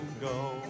go